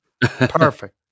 Perfect